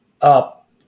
up